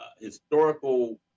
historical